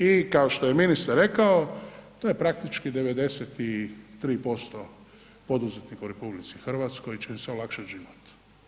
I kao što je ministar rekao to je praktički 93% poduzetnika u RH će im se olakšati život.